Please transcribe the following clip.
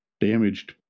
damaged